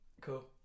Cool